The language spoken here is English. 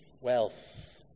wealth